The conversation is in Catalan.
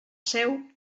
seu